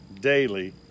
daily